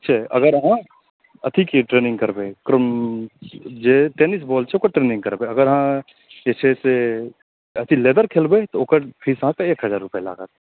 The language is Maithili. ठीक छै अगर अहाँ अथीके ट्रेनिंग करबै जे टेनिस बाल छै ओकर ट्रेनिंग करबै अगर अहाँ जे छै से अथी लेदर खेलबै तऽ ओकर फीस हैत एक हजार लागत